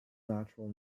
natural